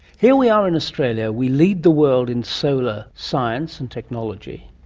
here we are in australia, we lead the world in solar science and technology,